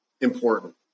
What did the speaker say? important